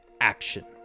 action